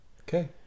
Okay